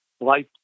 life